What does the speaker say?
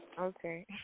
Okay